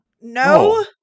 No